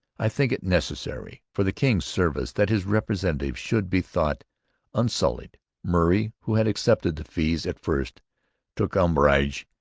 i think it necessary for the king's service that his representative should be thought unsullied murray, who had accepted the fees, at first took umbrage.